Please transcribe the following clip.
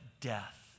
death